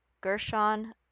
Gershon